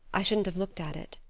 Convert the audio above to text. i shouldn't have looked at it.